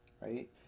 right